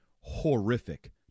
horrific